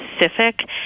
specific